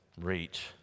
reach